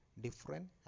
different